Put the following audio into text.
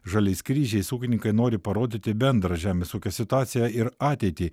žaliais kryžiais ūkininkai nori parodyti bendrą žemės ūkio situaciją ir ateitį